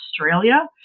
Australia